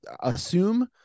assume